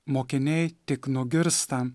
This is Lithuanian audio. mokiniai tik nugirsta